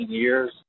years